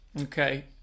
Okay